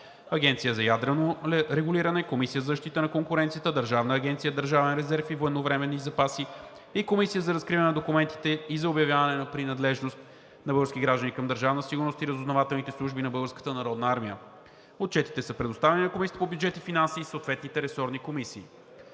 Агенцията за ядрено регулиране, Комисията за защита на конкуренцията, Държавна агенция „Държавен резерв и военновременни запаси“ и Комисията за разкриване на документите и за обявяване на принадлежност на български граждани към Държавна сигурност и разузнавателните служби на Българската народна армия. Отчетите са предоставени на Комисията по бюджет и финанси и съответните ресорни комисии.